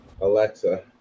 Alexa